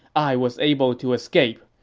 i was able to escape.